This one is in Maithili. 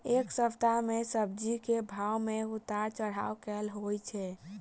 एक सप्ताह मे सब्जी केँ भाव मे उतार चढ़ाब केल होइ छै?